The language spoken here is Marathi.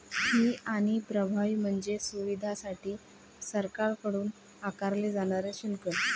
फी आणि प्रभावी म्हणजे सुविधांसाठी सरकारकडून आकारले जाणारे शुल्क